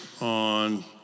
on